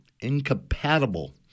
incompatible